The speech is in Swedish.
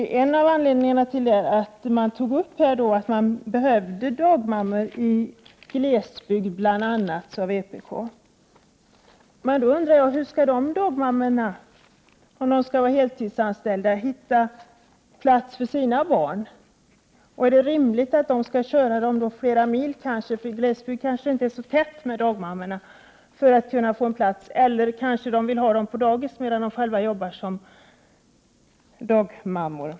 Anledningen till att man tog upp detta var att man behövde dagmammor i glesbygd sade vpk. Hur skall dessa dagmammor, om de är heltidsanställda, hitta plats för sina barn? Är det rimligt att de skall köra barnen flera mil — på glesbygden kanske det inte är så tätt med dagmammor -— för att få plats? De kanske vill ha dem på dagis medan de själva arbetar som dagmammor.